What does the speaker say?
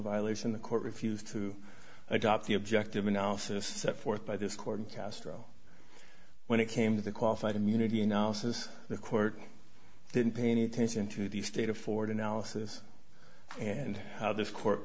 violation the court refused to adopt the objective analysis set forth by this court and castro when it came to the qualified immunity analysis the court didn't pay any attention to the state of ford analysis and how this court